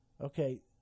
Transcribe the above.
Okay